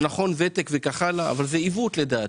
זה נכון שיש ותק וכך הלאה, אבל זה עיוות לדעתי.